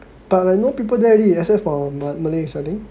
but I know people there already except for M~ Malays I think